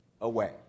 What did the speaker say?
away